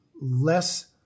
less